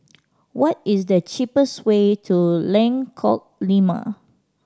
what is the cheapest way to Lengkok Lima